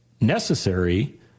necessary